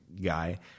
guy